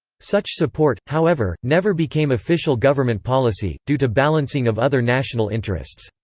such support, however, never became official government policy, due to balancing of other national interests.